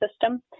system